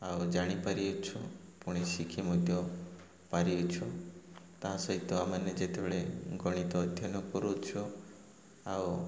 ଆଉ ଜାଣିପାରିଅଛୁ ପୁଣି ଶିଖି ମଧ୍ୟ ପାରିଅଛୁ ତା' ସହିତ ଆମ ମାନେ ଯେତେବେଳେ ଗଣିତ ଅଧ୍ୟୟନ କରୁଅଛୁ ଆଉ